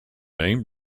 name